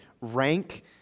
Rank